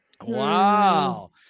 wow